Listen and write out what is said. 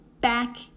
back